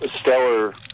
stellar